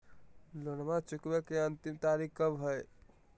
लोनमा चुकबे के अंतिम तारीख कब हय?